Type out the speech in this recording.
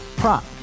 prop